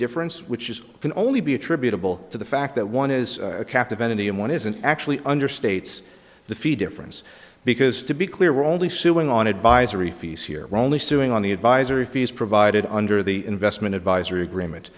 difference which is can only be attributable to the fact that one is a captive entity and one isn't actually understates the fee difference because to be clear we're only suing on advisory fees here are only suing on the advisory fees provided under the investment advisory agreement